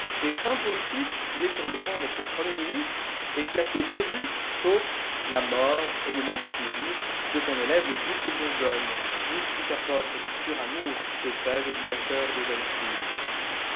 et fin politique qui est sur le point d'être premier ministre et qui a tout prévu sauf la mort au moment décisif de son élève le duc de bourgogne mystique apôtre du pur amour et âge éducateur de jeunes filles